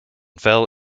fell